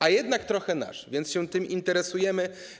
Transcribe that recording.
A jednak trochę nasz, więc się tym interesujemy.